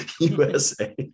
USA